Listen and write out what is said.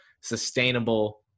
sustainable